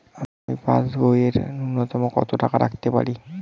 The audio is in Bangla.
আমি পাসবইয়ে ন্যূনতম কত টাকা রাখতে পারি?